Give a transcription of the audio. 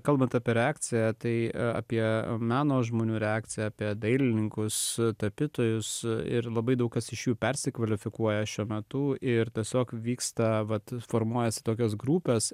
kalbant apie reakciją tai apie meno žmonių reakciją apie dailininkus tapytojus ir labai daug kas iš jų persikvalifikuoja šiuo metu ir tiesiog vyksta vat formuojasi tokias grupes